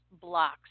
blocks